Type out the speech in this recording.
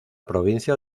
provincia